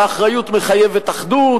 האחריות מחייבת אחדות,